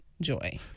joy